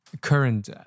current